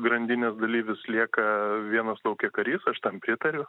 grandinės dalyvis lieka vienas lauke karys aš tam pritariu